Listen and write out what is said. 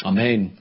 Amen